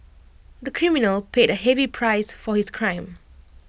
the criminal paid A heavy price for his crime